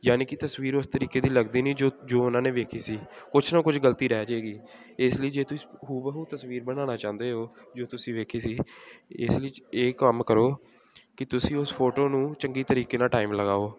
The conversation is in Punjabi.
ਜਾਣੀ ਕਿ ਤਸਵੀਰ ਉਸ ਤਰੀਕੇ ਦੀ ਲੱਗਦੀ ਨਹੀਂ ਜੋ ਜੋ ਉਹਨਾਂ ਨੇ ਵੇਖੀ ਸੀ ਕੁਝ ਨਾ ਕੁਝ ਗਲਤੀ ਰਹਿ ਜਾਵੇਗੀ ਇਸ ਲਈ ਜੇ ਤੁਸੀਂ ਹੂ ਬ ਹੂ ਤਸਵੀਰ ਬਣਾਉਣਾ ਚਾਹੁੰਦੇ ਹੋ ਜੋ ਤੁਸੀਂ ਵੇਖੀ ਸੀ ਇਸ ਵਿੱਚ ਇਹ ਕੰਮ ਕਰੋ ਕਿ ਤੁਸੀਂ ਉਸ ਫੋਟੋ ਨੂੰ ਚੰਗੇ ਤਰੀਕੇ ਨਾਲ ਟਾਈਮ ਲਗਾਓ